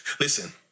Listen